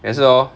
改次 hor